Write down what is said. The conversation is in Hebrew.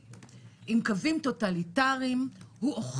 חברים,